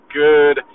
good